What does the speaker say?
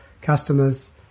customers